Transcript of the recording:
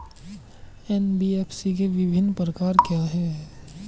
NBFC के विभिन्न प्रकार क्या हैं?